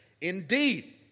Indeed